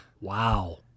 Wow